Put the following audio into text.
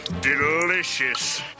delicious